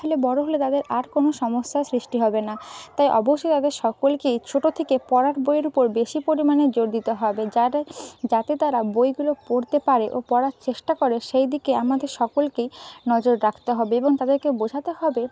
তাহলে বড় হলে তাদের আর কোনও সমস্যার সৃষ্টি হবে না তাই অবশ্যই আগে সকলকেই ছোট থেকে পড়ার বইয়ের উপর বেশি পরিমাণে জোর দিতে হবে যারে যাতে তারা বইগুলো পড়তে পারে ও পড়ার চেষ্টা করে সেইদিকে আমাদের সকলকেই নজর রাখতে হবে এবং তাদেরকে বোঝাতে হবে